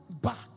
back